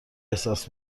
احساس